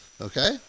Okay